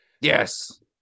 yes